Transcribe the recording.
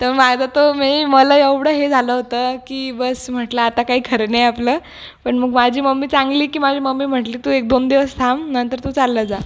तर माझं तर मई मला एवढं हे झालं होतं की बस्स म्हटलं आता काही खरं नाही आपलं पण मग माझी मम्मी चांगली की माझी मम्मी म्हटली तू एकदोन दिवस थांब नंतर तू चाल्लं जा